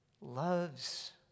loves